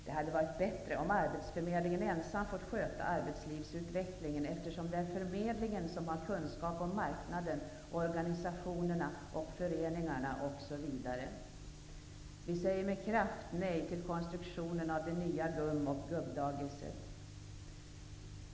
Det hade varit bättre om arbetsförmedlingen ensam fått sköta arbetslivsutvecklingen, eftersom det är förmedlingen som har kunskap om marknaden, organisationerna, föreningarna osv. Vi säger med kraft nej till konstruktionen av det nya ''gumm och gubbdagiset''.